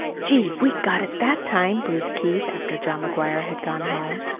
gee! we got it that time! breathed keith, after john mcguire had gone home.